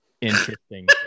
interesting